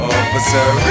Officer